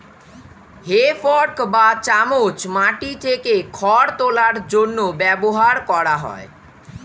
হে fork বা চামচ মাটি থেকে খড় তোলার জন্য ব্যবহার করা হয়